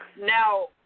now